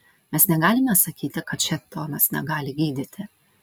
mes negalime sakyti kad šėtonas negali gydyti